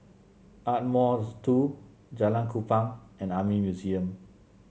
Ardmore Two Jalan Kupang and Army Museum